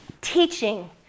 teaching